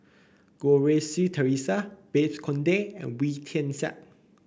Goh Rui Si Theresa Babes Conde and Wee Tian Siak